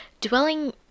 Dwelling